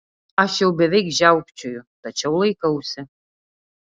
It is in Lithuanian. aš jau beveik žiaukčioju tačiau laikausi